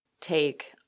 take